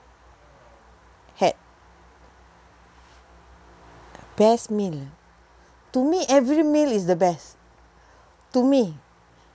had best meal to me every meal is the best to me